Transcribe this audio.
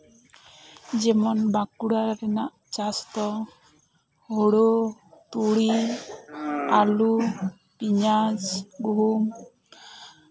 ᱡᱮᱢᱚᱱ ᱵᱟᱸᱠᱩᱲᱟ ᱨᱮᱱᱟᱜ ᱪᱟᱥ ᱫᱚ ᱦᱳᱲᱳ ᱛᱩᱲᱤ ᱟᱹᱞᱩ ᱯᱮᱸᱭᱟᱡ ᱜᱩᱦᱩᱢ